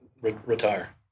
retire